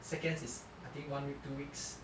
seconds is I think one week two weeks